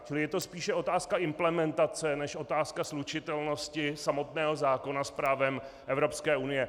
Čili je to spíše otázka implementace než otázka slučitelnosti samotného zákona s právem Evropské unie.